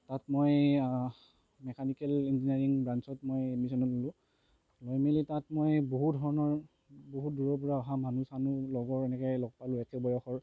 তাত মই mechanical engineering ব্ৰাঞ্চত মই এডমিছনটো ল'লোঁ লৈ মেলি তাত মই বহু ধৰণৰ বহুত দূৰৰ পৰা অহা মানুহ চানুহ লগৰ এনেকৈ লগ পালোঁ একে বয়সৰ